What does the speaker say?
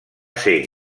ser